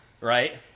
Right